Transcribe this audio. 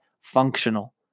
functional